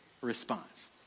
response